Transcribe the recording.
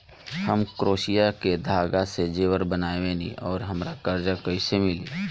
हम क्रोशिया के धागा से जेवर बनावेनी और हमरा कर्जा कइसे मिली?